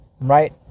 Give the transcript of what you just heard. right